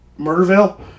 Murderville